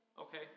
okay